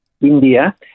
India